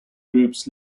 groups